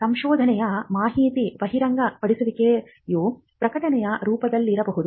ಸಂಶೋಧನೆಯ ಮಾಹಿತಿ ಬಹಿರಂಗಪಡಿಸುವಿಕೆಯು ಪ್ರಕಟಣೆಯ ರೂಪದಲ್ಲಿರಬಹುದು